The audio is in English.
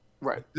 Right